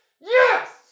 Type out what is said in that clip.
Yes